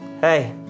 hey